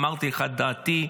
אמרתי לך את דעתי.